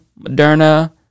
Moderna